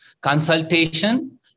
consultation